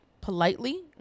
politely